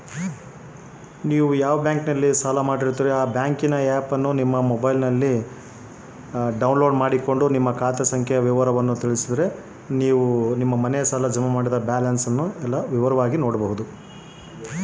ಮನೆ ಸಾಲ ಜಮಾ ಮಾಡಿದ ಬ್ಯಾಲೆನ್ಸ್ ಫೋನಿನಾಗ ಹೆಂಗ ತಿಳೇಬೇಕು?